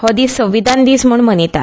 हो दीस संविधान दीस म्हणून मनयतात